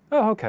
oh,